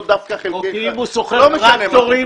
אם הוא שוכר טרקטורים,